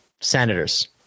Senators